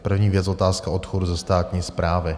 První věc otázka odchodu ze státní správy.